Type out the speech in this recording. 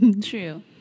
True